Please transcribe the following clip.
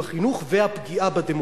ובחינוך ולפגיעה בדמוקרטיה.